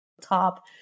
top